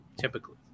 Typically